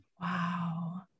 Wow